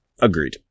Agreed